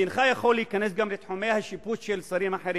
ואינך יכול להיכנס גם לתחומי השיפוט של שרים אחרים.